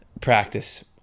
practice